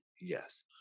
yes